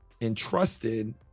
entrusted